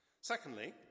Secondly